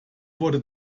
wurde